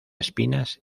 espinas